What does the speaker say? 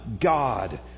God